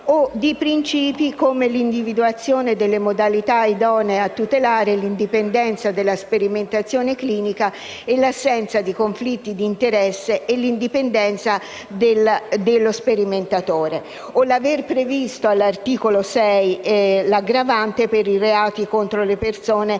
o di principi come l'individuazione delle modalità idonee a tutelare l'indipendenza della sperimentazione clinica, l'assenza di conflitti di interesse e l'indipendenza dello sperimentatore. Inoltre, l'articolo 6 prevede l'aggravante per i reati contro le persone